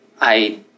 I